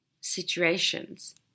situations